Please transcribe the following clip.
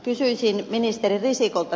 kysyisin ministeri risikolta